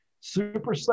super